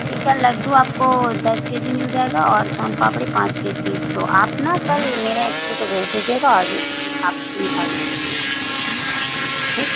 ٹھیک ہے لڈو آپ کو دس کے جی مل جائے گا اور سون پاپڑی پانچ کے جی تو آپ نا کل میرے یہاں کسی کو بھیج دیجیے گا اور آپ میٹھائی لے لیجیے گا ٹھیک